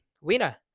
winner